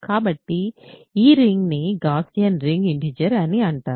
కాబట్టి ఈ రింగ్ ని గాస్సియన్ ఇంటిజర్స్ రింగ్ అంటారు